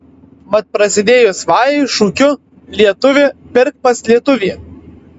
mat prasidėjus vajui šūkiu lietuvi pirk pas lietuvį